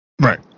Right